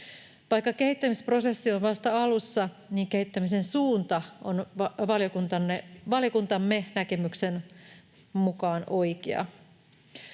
Vaikka kehittämisprosessi on vasta alussa, niin kehittämisen suunta on valiokuntamme näkemyksen mukaan oikea.